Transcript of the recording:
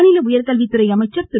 மாநில உயர்கல்வித்துறை அமைச்சர் திரு